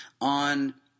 on